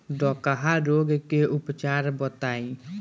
डकहा रोग के उपचार बताई?